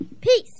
Peace